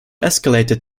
escalated